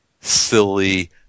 silly